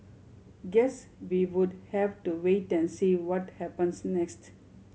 guess we would have to wait and see what happens next